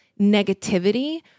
negativity